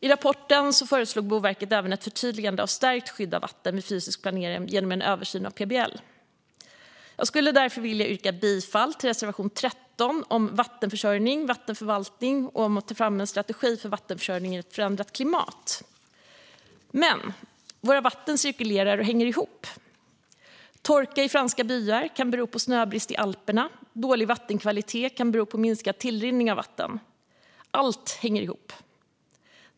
I rapporten föreslog Boverket även ett förtydligande av stärkt skydd av vatten vid fysisk planering genom en översyn av PBL. Jag skulle därför vilja yrka bifall till reservation 13 om vattenförsörjning, vattenförvaltning och framtagande av en strategi för vattenförsörjningen i ett förändrat klimat. Våra vatten cirkulerar och hänger ihop. Torka i franska byar kan bero på snöbrist i Alperna. Dålig vattenkvalitet kan bero på minskad tillrinning av vatten. Allt hänger ihop.